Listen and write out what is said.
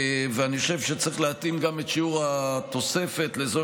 ואני חושב שצריך להתאים את שיעור התוספת לזו